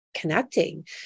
connecting